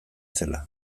zela